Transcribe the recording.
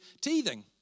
teething